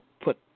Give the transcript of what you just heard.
put